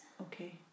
okay